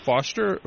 Foster